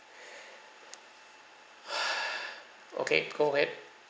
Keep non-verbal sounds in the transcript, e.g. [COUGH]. [BREATH] okay go ahead